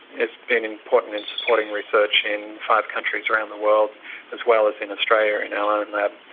it's been important in supporting research in five countries around the world as well as in australia in our own lab.